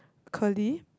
curly